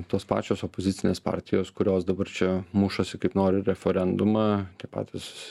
tos pačios opozicinės partijos kurios dabar čia mušasi kaip nori referendumą tie patys